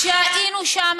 כשהיינו שם,